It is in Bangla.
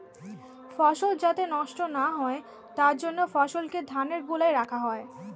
ফসল যাতে নষ্ট না হয় তার জন্য ফসলকে ধানের গোলায় রাখা হয়